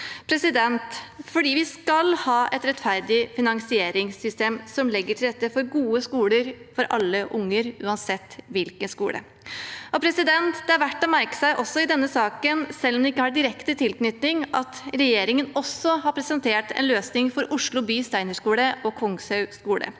nye løsninger. Vi skal ha et rettferdig finansieringssystem som legger til rette for gode skoler for alle unger, uansett hvilken skole. Det er verdt å merke seg i denne saken, selv om den ikke har direkte tilknytning, at regjeringen også har presentert en løsning for Oslo by steinerskole og Kongshaug skole.